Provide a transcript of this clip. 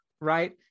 right